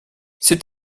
c’est